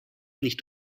nicht